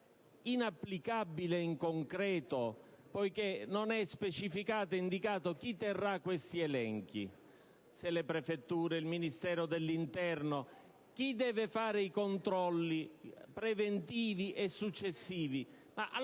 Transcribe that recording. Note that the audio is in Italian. inapplicabile in concreto, poiché non è specificato chi terrà questi elenchi (se le prefetture o il Ministero dell'interno) e chi deve fare i controlli, preventivi e successivi.